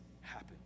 happen